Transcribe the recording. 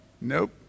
Nope